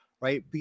right